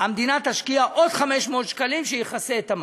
המדינה תשקיע עוד 500 שקלים שיכסו את המס.